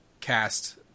cast